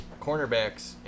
cornerbacks